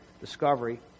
discovery